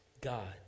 God